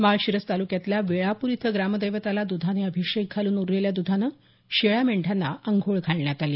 माळशिरस तालुक्यातल्या वेळापूर इथं ग्रामदैवताला दुधाने अभिषेक घालून उरलेल्या दधाने शेळ्या मेंढ्यांना आंघोळ घालण्यात आली